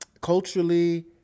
culturally